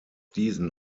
diesen